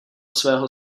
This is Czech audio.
svého